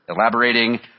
Elaborating